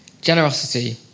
generosity